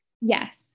Yes